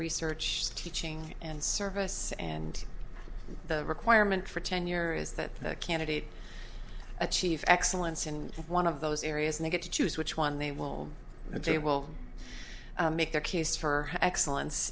research teaching and service and the requirement for tenure is that the candidate achieve excellence in one of those areas and they get to choose which one they will and they will make their case for excellence